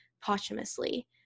posthumously